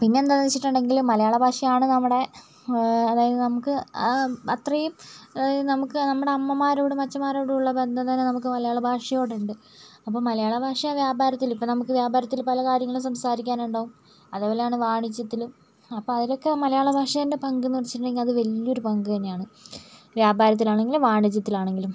പിന്നെ എന്താന്ന് വച്ചിട്ടുണ്ടെങ്കില് മലയാള ഭാഷയാണ് നമ്മുടെ അതായത് നമുക്ക് അത്രയും നമുക്ക് നമ്മുടെ അമ്മമാരോടും അച്ഛന്മാരോടുള്ള ബന്ധം തന്നെ നമുക്ക് മലയാള ഭാഷയോടുണ്ട് അപ്പോൾ മലയാള ഭാഷ വ്യാപാരത്തില് ഇപ്പം നമുക്ക് വ്യപാരത്തില് പലകാര്യങ്ങൾ സംസാരിക്കാനുണ്ടാകും അതുപോലെയാണ് വാണിജ്യത്തിലും അപ്പോ അതിലൊക്കെ മലയാള ഭാഷൻ്റെ പങ്ക്ന്ന് വച്ചിട്ടുണ്ടെങ്കി അത് വലിയൊരു പങ്ക് തന്നെയാണ് വ്യാപാരത്തിലാണെങ്കിലും വാണിജ്യത്തിലാണെങ്കിലും